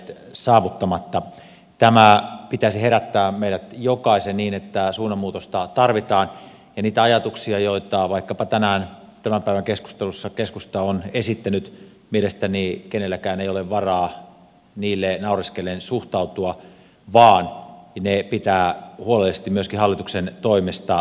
tämän pitäisi herättää meistä jokaisen niin että suunnanmuutosta tarvitaan ja niihin ajatuksiin joita vaikkapa tänään tämän päivän keskustelussa keskusta on esittänyt mielestäni kenelläkään ei ole varaa naureskellen suhtautua vaan ne pitää huolellisesti myöskin hallituksen toimesta tutkia